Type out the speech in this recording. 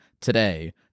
today